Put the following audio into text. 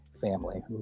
family